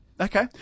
Okay